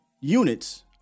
units